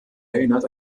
erinnert